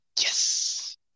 Yes